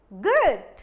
good